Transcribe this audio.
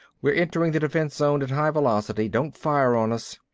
we're entering the defense zone at high velocity. don't fire on us.